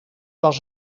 was